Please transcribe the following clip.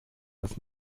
das